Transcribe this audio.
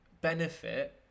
benefit